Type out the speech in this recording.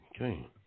okay